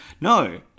No